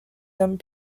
hommes